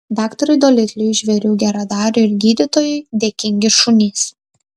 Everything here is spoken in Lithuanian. daktarui dolitliui žvėrių geradariui ir gydytojui dėkingi šunys